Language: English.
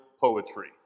poetry